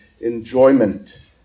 enjoyment